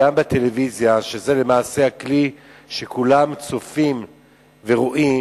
גם בטלוויזיה, שזה למעשה הכלי שכולם צופים ורואים,